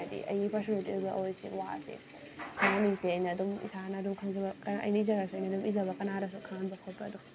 ꯍꯥꯏꯗꯤ ꯑꯩꯒꯤ ꯄꯔꯁꯣꯅꯦꯜꯒꯤ ꯑꯣꯏꯕ ꯑꯣꯏꯔꯁꯨ ꯋꯥꯁꯦ ꯍꯥꯏꯅꯤꯡꯗꯦ ꯑꯩꯅ ꯑꯗꯨꯝ ꯏꯁꯥꯅ ꯑꯗꯨꯝ ꯈꯪꯖꯕ ꯑꯩꯅ ꯏꯖꯔꯁꯨ ꯑꯩꯅ ꯑꯗꯨꯝ ꯏꯖꯕ ꯀꯅꯥꯗꯁꯨ ꯈꯪꯍꯟꯕ ꯈꯣꯠꯄ ꯑꯗꯣ